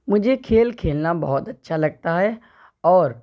مجھے کھیل کھیلنا بہت اچھا لگتا ہے اور